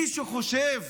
מישהו חושב